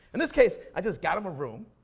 in this case, i just got them a room,